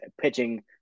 pitching